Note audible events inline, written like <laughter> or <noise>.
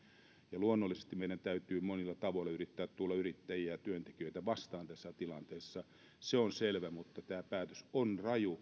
luonnollisesti meidän täytyy monilla tavoilla yrittää tulla yrittäjiä ja työntekijöitä vastaan tässä tilanteessa se on selvä mutta tämä päätös on raju <unintelligible>